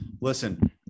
listen